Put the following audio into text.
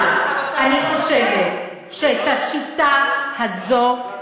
אבל אני חושבת שאת השיטה הזו,